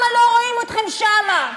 למה לא רואים אתכם שם?